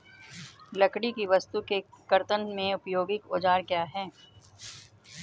लकड़ी की वस्तु के कर्तन में उपयोगी औजार क्या हैं?